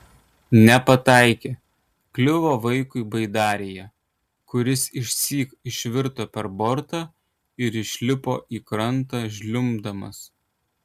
nepataikė kliuvo vaikui baidarėje kuris išsyk išvirto per bortą ir išlipo į krantą žliumbdamas